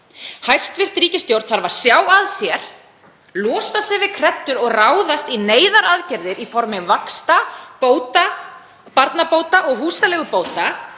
Hæstv. ríkisstjórn þarf að sjá að sér, losa sig við kreddur og ráðast í neyðaraðgerðir í formi vaxtabóta, barnabóta og húsaleigubóta.